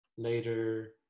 later